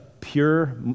pure